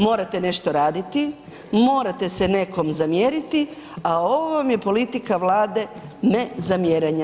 Morate nešto raditi, morate se nekom zamjeriti, a ovo vam je politika Vlade nezamjeranja.